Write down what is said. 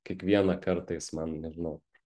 kiekvieną kartą jis man nežinau